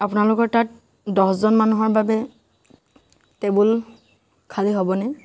আপোনালোকৰ তাত দহজন মানুহৰ বাবে টেবুল খালী হ'বনে